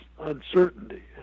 uncertainty